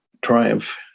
triumph